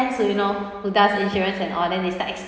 you know who does insurance and all then they start